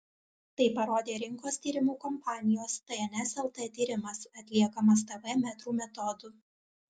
tai parodė rinkos tyrimų kompanijos tns lt tyrimas atliekamas tv metrų metodu